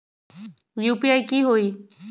UPI की होई?